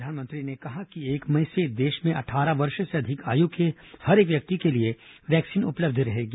प्रधानमंत्री ने कहा कि एक मई से देश में अट्ठारह वर्ष से अधिक आयु के हर एक व्यक्ति के लिए वैक्सीन उपलब्ध हो जाएगी